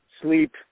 sleep